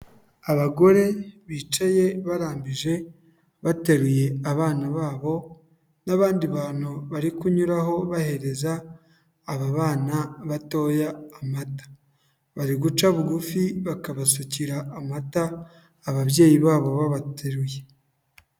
Abagore bicaye barambije, bateruye abana babo n'abandi bantu bari kunyuraho bahereza aba bana batoya amata, bari guca bugufi bakabasukira amata ababyeyi babo babateruye.